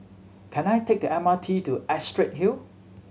can I take the M R T to Astrid Hill